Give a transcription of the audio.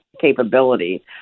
capability